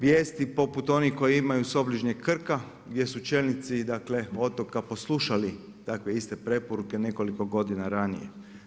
Vijesti poput onih koje imaju s obližnjeg Krka gdje su čelnici, dakle otoka poslušali takve iste preporuke nekoliko godina ranije.